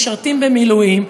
המשרתים במילואים,